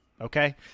okay